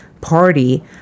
party